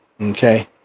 Okay